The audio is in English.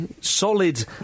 solid